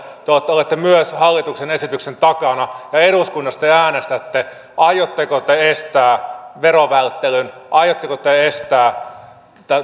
myös te olette hallituksen esityksen takana ja ja eduskunnassa te äänestätte aiotteko te estää verovälttelyn aiotteko te estää